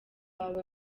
wawe